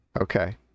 Okay